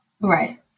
Right